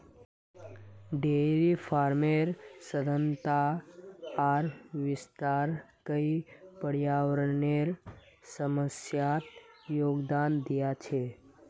dairy फार्मेर सघनता आर विस्तार कई पर्यावरनेर समस्यात योगदान दिया छे